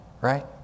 right